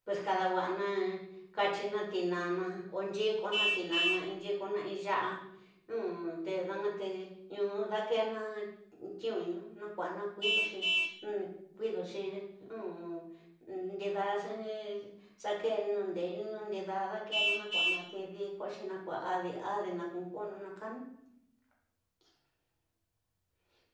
Pues kadawa'ana, katyina tinana onyikona tinaña nyikona in yasa danga te ñu dakena ñituni ñakusa dakudoxi kuridoxi ni. ndida xa dake nu ndeyu, ndida, dakena ña kua da dikoxi, ña kua adi, adi, ña kun konu na kanu.